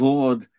Lord